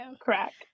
Correct